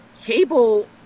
Cable